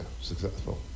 successful